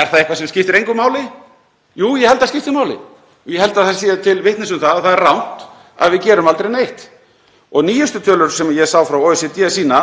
Er það eitthvað sem skiptir engu máli? Jú, ég held að það skipti máli og ég held að það sé til vitnis um að það er rangt að við gerum aldrei neitt. Nýjustu tölur sem ég sá frá OECD sýna